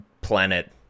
planet